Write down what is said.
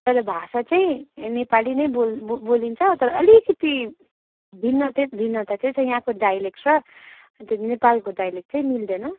तर भाषा चाहिँ नेपाली नै बोल् बो बोलिन्छ तर अलिकति भिन्न चाहिँ भिन्नता चाहिँ त्यही त यहाँको डाइलेक्ट छ त्यो नेपालको डाइलेक्ट चाहिँ मिल्दैन